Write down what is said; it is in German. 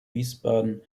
wiesbaden